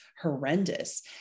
horrendous